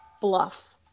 bluff